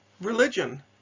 religion